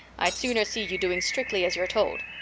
i'd sooner see you doing strictly as you're told.